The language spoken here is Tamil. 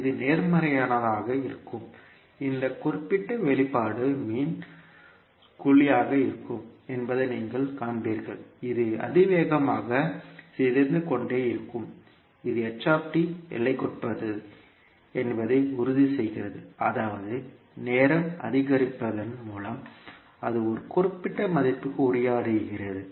இது நேர்மறையானதாக இருந்தால் இந்த குறிப்பிட்ட வெளிப்பாடு மின் குழியாக இருக்கும் என்பதை நீங்கள் காண்பீர்கள் இது அதிவேகமாக சிதைந்து கொண்டே இருக்கும் இது எல்லைக்குட்பட்டது என்பதை உறுதிசெய்கிறது அதாவது நேரம் அதிகரிப்பதன் மூலம் அது ஒரு குறிப்பிட்ட மதிப்புக்கு உரையாடுகிறது